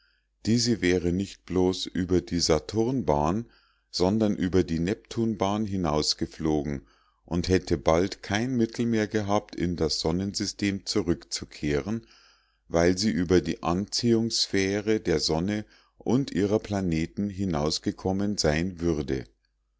diese wäre nicht bloß über die saturnbahn sondern über die neptunbahn hinausgeflogen und hätte bald kein mittel mehr gehabt in das sonnensystem zurückzukehren weil sie über die anziehungssphäre der sonne und ihrer planeten hinausgekommen sein würde